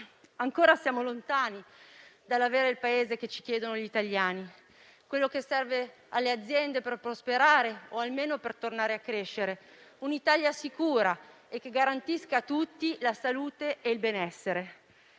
ancora lontani dall'avere il Paese che ci chiedono gli italiani, quello che serve alle aziende per prosperare o almeno per tornare a crescere: un'Italia sicura e che garantisca a tutti la salute e il benessere.